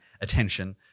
attention